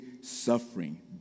suffering